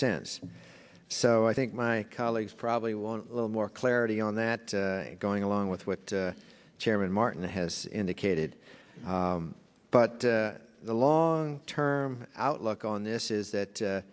cents so i think my colleagues probably want a little more clarity on that going along with what chairman martin has indicated but the long term outlook on this is that